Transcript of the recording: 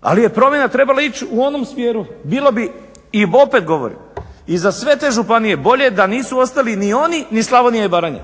Ali je promjena trebala ići u onom smjeru, bilo bi i opet govorim i za sve te županije bolje da nisu ostali ni oni ni Slavonija i Baranja